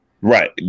Right